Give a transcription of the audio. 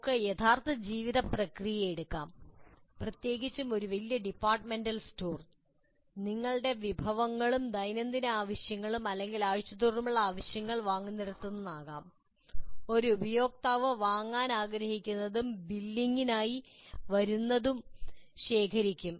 നമുക്ക് യഥാർത്ഥ ജീവിത പ്രക്രിയ എടുക്കാം പ്രത്യേകിച്ചും ഒരു വലിയ ഡിപ്പാർട്ട്മെന്റൽ സ്റ്റോർ നിങ്ങളുടെ വിഭവങ്ങളും ദൈനംദിന ആവശ്യങ്ങളും അല്ലെങ്കിൽ ആഴ്ചതോറുമുള്ള ആവശ്യങ്ങൾ വാങ്ങുന്നിടത്ത് ആകാം ഉപയോക്താവ് വാങ്ങാൻ ആഗ്രഹിക്കുന്നതും ബില്ലിംഗിനായി വരുന്നതും ശേഖരിക്കും